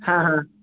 हां हां